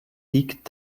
liegt